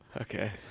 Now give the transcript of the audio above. Okay